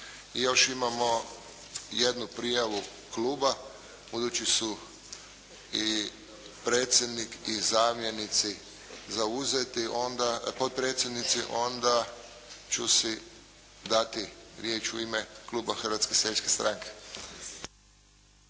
I još imamo jednu prijavu kluba. Budući su i predsjednik i zamjenici zauzeti, potpredsjednici, onda ću si dati riječ u ime kluba Hrvatske seljačke stranke.